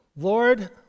Lord